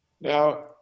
Now